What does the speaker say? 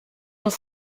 auf